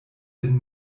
sin